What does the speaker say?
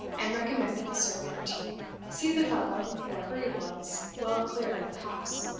and recommended the servant to see the fellow, whoever he was, well clear of the house.